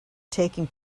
taking